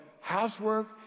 housework